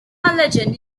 legend